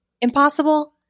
Impossible